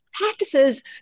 practices